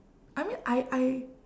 I mean I I